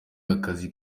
akazi